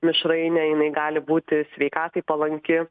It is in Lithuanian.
mišrainę jinai gali būti sveikatai palanki